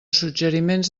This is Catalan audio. suggeriments